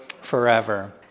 forever